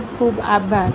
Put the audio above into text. ખુબ ખુબ આભાર